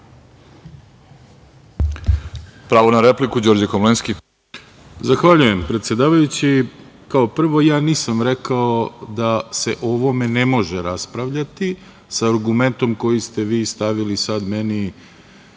Pravo na repliku, Đorđe Komlenski.